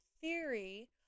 theory